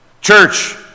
Church